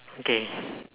okay